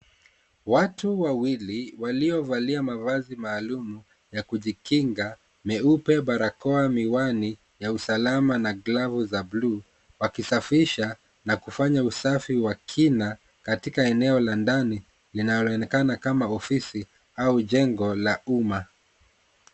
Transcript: Watu wawili, waliovalia mavazi maalumu ya kujikinga, meupe, barakoa, miwani ya usalama, na glavu za blue , wakisafisha na kufanya usafi wa kina katika eneo la ndani, linaloonekana kama ofisi au jengo la umma.